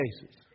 cases